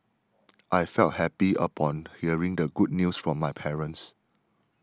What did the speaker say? I felt happy upon hearing the good news from my parents